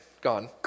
gone